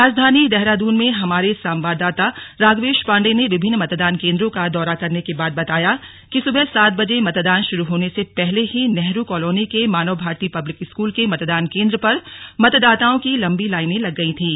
राजधानी देहरादून में हमारे संवाददाता राघवेश पाण्डेय ने विभिन्न मतदान केंद्रों का दौरा करने के बाद बताया कि सुबह सात बजे मतदान शुरु होने से पहले ही नेहरू कॉलोनी के मानव भारती पब्लिक स्कूल के मतदान केंद्र पर मतदाताओं की लम्बी लाइनें लग गई थीं